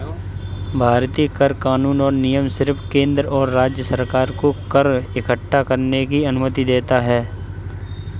भारतीय कर कानून और नियम सिर्फ केंद्र और राज्य सरकार को कर इक्कठा करने की अनुमति देता है